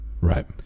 Right